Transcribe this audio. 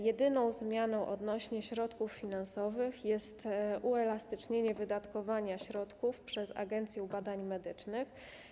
Jedyną zmianą odnośnie do środków finansowych jest uelastycznienie wydatkowania środków przez Agencję Badań Medycznych.